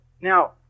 Now